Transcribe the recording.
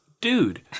dude